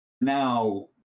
now